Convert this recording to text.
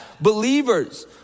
believers